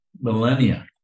millennia